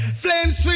flames